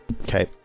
Okay